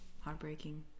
heartbreaking